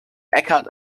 eckhart